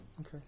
okay